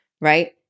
right